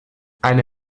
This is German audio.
eine